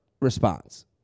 response